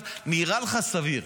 נראה לך סביר,